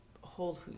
hold